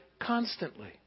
constantly